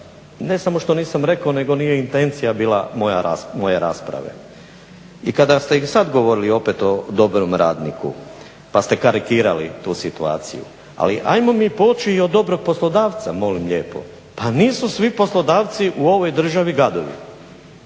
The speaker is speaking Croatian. ne samo što nisam rekao nego nije intencija bila moje rasprave. I kada ste i sad govorili opet o dobrom radniku pa ste karikirali tu situaciju ali ajmo mi poći i od dobrog poslodavca molim lijepo. Pa nisu svi poslodavci u ovoj državi gadovi.